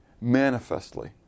manifestly